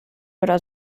oder